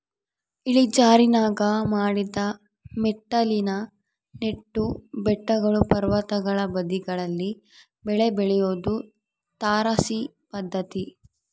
ಇಳಿಜಾರಿನಾಗ ಮಡಿದ ಮೆಟ್ಟಿಲಿನ ನೆಟ್ಟು ಬೆಟ್ಟಗಳು ಪರ್ವತಗಳ ಬದಿಗಳಲ್ಲಿ ಬೆಳೆ ಬೆಳಿಯೋದು ತಾರಸಿ ಪದ್ಧತಿ